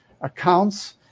accounts